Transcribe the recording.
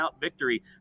victory